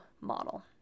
model